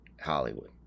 Hollywood